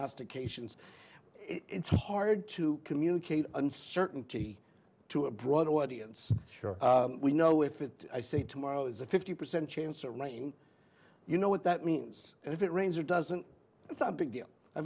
ications it's hard to communicate uncertainty to a broader audience sure we know if it i say tomorrow is a fifty percent chance of rain you know what that means and if it rains or doesn't it's a big deal